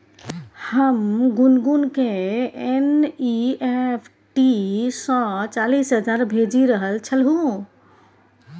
हम गुनगुनकेँ एन.ई.एफ.टी सँ चालीस हजार भेजि रहल छलहुँ